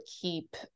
keep